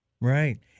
Right